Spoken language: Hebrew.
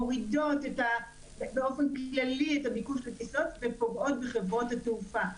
מורידות באופן כללי את הביקוש לטיסות ופוגעות בחברות התעופה.